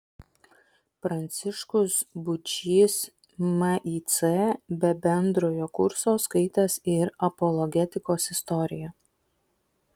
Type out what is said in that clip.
pranciškus būčys mic be bendrojo kurso skaitęs ir apologetikos istoriją